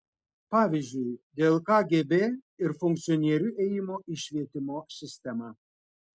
pavyzdžiui dėl kgb ir funkcionierių ėjimo į švietimo sistemą